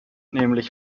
nämlich